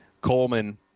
Coleman